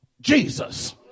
Jesus